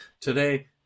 Today